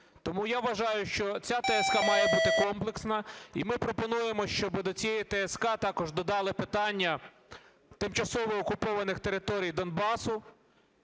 Тому я вважаю, що ця ТСК має бути комплексна. І ми пропонуємо, щоб до цієї ТСК також додали питання тимчасово окупованих територій Донбасу,